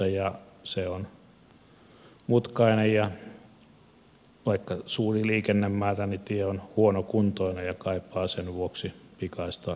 se on mutkainen ja vaikka on suuri liikennemäärä niin tie on huonokuntoinen ja kaipaa sen vuoksi pikaista korjausta